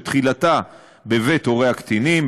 שתחילתה בבתי הורי הקטינים,